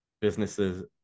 businesses